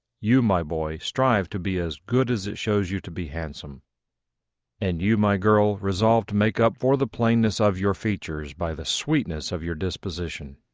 you, my boy, strive to be as good as it shows you to be handsome and you, my girl, resolve to make up for the plainness of your features by the sweetness of your disposition.